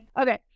okay